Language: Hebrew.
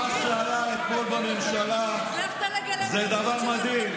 מה שהיה אתמול בממשלה זה דבר מדהים.